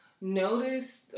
notice